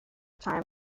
time